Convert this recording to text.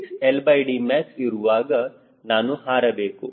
866 LDmax ಇರುವಾಗ ನಾನು ಹಾರಬೇಕು